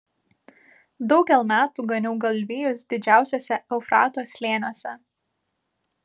daugel metų ganiau galvijus didžiuosiuose eufrato slėniuose